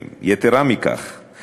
יתרה מכך,